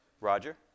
Roger